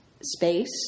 space